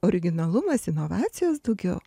originalumas inovacijos daugiau